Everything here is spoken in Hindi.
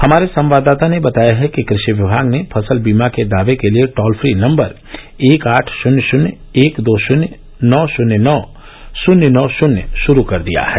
हमारे संवाददाता ने बताया है कि कृषि विभाग ने फसल बीमा के दावे के लिए टोल फ्री नंबर एक आठ शून्य शून्य एक दो शून्य नौ शून्य नौ शून्य नौ शून्य शुरू कर दिया है